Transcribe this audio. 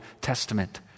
Testament